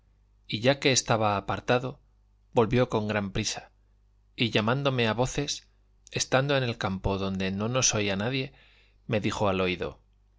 y ya que estaba apartado volvió con gran prisa y llamándome a voces estando en el campo donde no nos oía nadie me dijo al oído